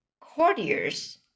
Courtiers